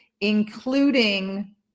including